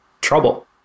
trouble